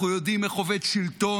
אנחנו יודעים איך עובד שלטון,